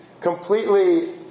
completely